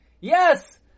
Yes